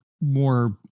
more